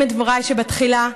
אסיים את דבריי כבתחילה.